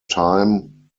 time